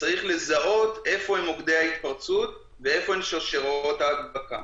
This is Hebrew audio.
צריך לזהות איפה הם מוקדי ההתפרצות ואיפה שרשראות ההדבקה.